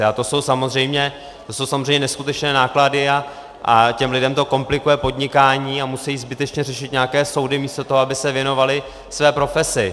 A to jsou samozřejmě neskutečné náklady a těm lidem to komplikuje podnikání a musí zbytečně řešit nějaké soudy místo toho, aby se věnovali své profesi.